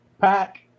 pack